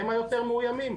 הם היותר מאוימים,